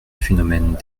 phénomènes